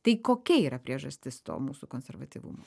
tai kokia yra priežastis to mūsų konservatyvumo